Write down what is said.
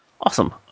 Awesome